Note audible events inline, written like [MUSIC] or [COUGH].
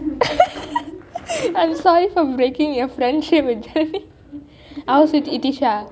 [LAUGHS] I'm sorry for breaking your friendship with her [LAUGHS] I was with itisha